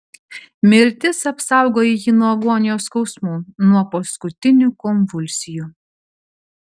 mirtis apsaugojo jį nuo agonijos skausmų nuo paskutinių konvulsijų